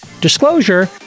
Disclosure